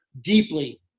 deeply